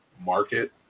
market